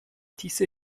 diese